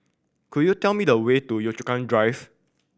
could you tell me the way to Yio Chu Kang Drive